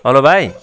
hello भाइ